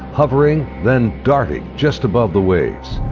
hovering then darting just above the waves.